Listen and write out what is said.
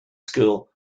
school